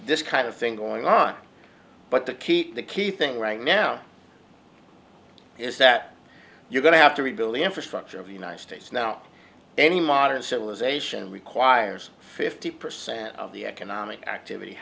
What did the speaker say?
this kind of thing going on but the key the key thing right now is that you're going to have to rebuild the infrastructure of the united states now any modern civilization requires fifty percent of the economic activity